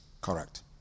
Correct